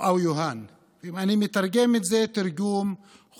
עוטה כלימה.) אם אני מתרגם את זה תרגום חופשי,